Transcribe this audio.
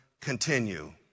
continue